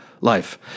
life